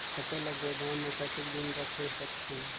फसल ला गोदाम मां कतेक दिन रखे सकथन?